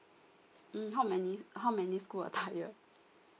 mm how many how many school attire